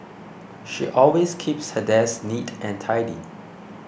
she always keeps her desk neat and tidy